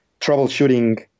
troubleshooting